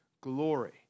glory